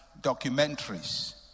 documentaries